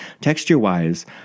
Texture-wise